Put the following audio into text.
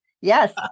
Yes